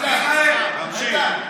תמשיך.